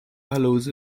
allows